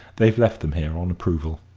they've left them here on approval.